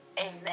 Amen